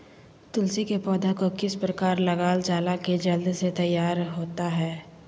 तुलसी के पौधा को किस प्रकार लगालजाला की जल्द से तैयार होता है?